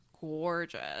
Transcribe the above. gorgeous